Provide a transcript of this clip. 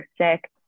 sick